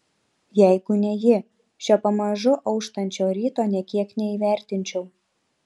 jeigu ne ji šio pamažu auštančio ryto nė kiek neįvertinčiau